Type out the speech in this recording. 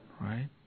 Right